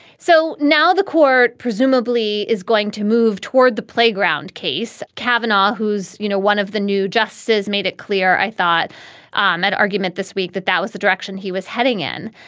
so now the court presumably is going to move toward the playground case. cavanaugh, who's, you know, one of the new justices, made it clear, i thought um that argument this week that that was the direction he was heading in.